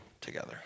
together